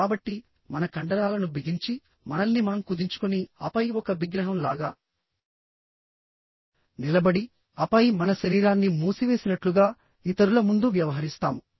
కాబట్టి మన కండరాలను బిగించి మనల్ని మనం కుదించుకొని ఆపై ఒక విగ్రహం లాగా నిలబడిఆపై మన శరీరాన్ని మూసివేసినట్లుగా ఇతరుల ముందు వ్యవహరిస్తాము